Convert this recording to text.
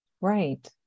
right